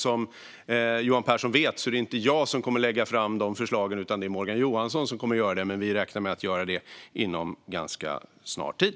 Som Johan Pehrson vet är det inte jag som kommer att lägga fram de förslagen utan Morgan Johansson, men vi räknar med att göra det inom en ganska snar tid.